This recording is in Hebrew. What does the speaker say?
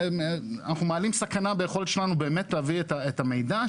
אנחנו מעלים סכנה ביכולת שלנו באמת להביא את המידע,